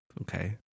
Okay